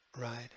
right